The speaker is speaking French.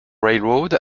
railroad